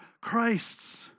Christ's